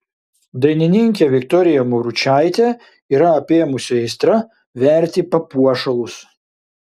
dainininkę viktoriją mauručaitę yra apėmusi aistra verti papuošalus